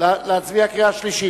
להצביע בקריאה שלישית?